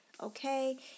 Okay